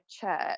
church